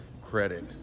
credit